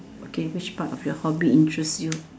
okay which part of your hobby interests you